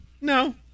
No